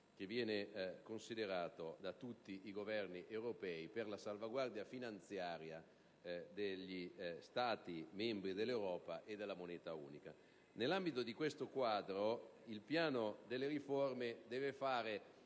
prioritario di tutti i Governi europei per la salvaguardia finanziaria degli Stati membri dell'Europa e della moneta unica. Nell'ambito di questo quadro, il piano delle riforme deve fare